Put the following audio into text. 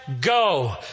go